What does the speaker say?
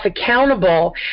accountable